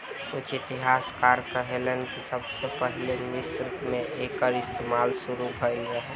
कुछ इतिहासकार कहेलेन कि सबसे पहिले मिस्र मे एकर इस्तमाल शुरू भईल रहे